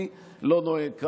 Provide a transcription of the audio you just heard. אני לא נוהג כך.